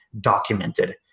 documented